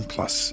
Plus